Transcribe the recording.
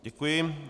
Děkuji.